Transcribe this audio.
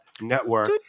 network